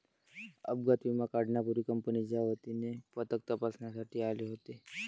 अपघात विमा काढण्यापूर्वी कंपनीच्या वतीने पथक तपासणीसाठी आले होते